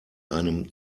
einem